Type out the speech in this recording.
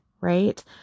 Right